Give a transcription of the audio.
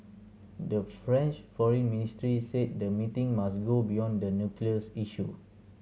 the French Foreign Ministry said the meeting must go beyond the nuclear issue